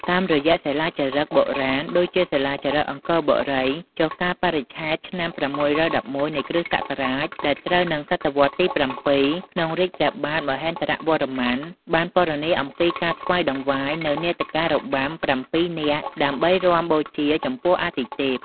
តាមរយៈសិលាចារឹកបុរាណ ដូចជាសិលាចារឹកអង្គរបុរី ចុះកាលបរិច្ឆេទឆ្នាំ ៦១១ នៃគ្រិស្តសករាជ ដែលត្រូវនឹង សតវត្សរ៍ទី ៧ ក្នុងរាជ្យព្រះបាទ មហេន្ទ្រវរ្ម័ន បានពណ៌នាអំពីការថ្វាយដង្វាយនូវនាដការរបាំ ប្រាំពីរ នាក់ ដើម្បីរាំបូជាចំពោះអាទិទេព។